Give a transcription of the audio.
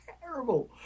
terrible